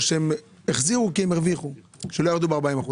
או שהם החזירו כי הם הרוויחו, שלא ירדו ב-40%.